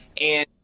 and-